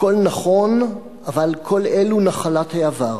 הכול נכון, אבל כל אלה נחלת העבר.